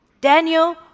Daniel